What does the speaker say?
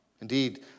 Indeed